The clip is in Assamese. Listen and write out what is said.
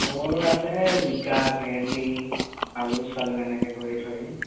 মোৰ আছে জিকা ভেন্দি আলু চালু এনেকৈ কৰি থৈ